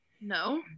No